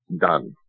done